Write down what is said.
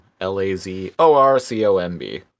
l-a-z-o-r-c-o-m-b